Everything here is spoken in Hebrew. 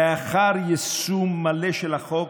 לאחר יישום מלא של החוק,